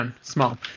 Small